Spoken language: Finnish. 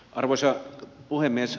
arvoisa puhemies